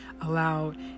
allowed